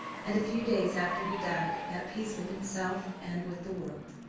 and a few days after he died, at peace with himself and with the world.